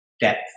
depth